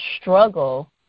struggle